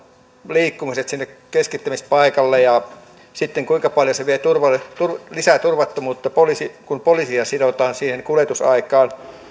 liikkumiset sinne keskittämispaikalle ja kuinka paljon se lisää turvattomuutta kun poliisia sidotaan siihen kuljetusaikaan